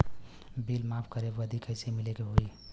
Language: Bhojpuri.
बिल माफ करे बदी कैसे मिले के होई?